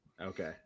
okay